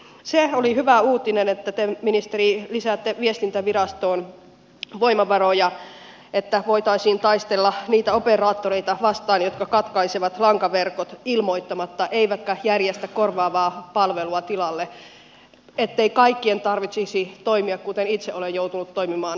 se oli hyvä uutinen että te ministeri lisäätte viestintävirastoon voimavaroja jotta voitaisiin taistella niitä operaattoreita vastaan jotka katkaisevat lankaverkot ilmoittamatta eivätkä järjestä korvaavaa palvelua tilalle niin ettei kaikkien tarvitsisi toimia kuten itse olen joutunut toimimaan